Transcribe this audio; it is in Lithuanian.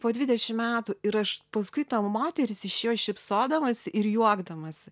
po dvidešim metų ir aš paskui ta moteris išėjo šypsodamasi ir juokdamasi